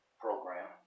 program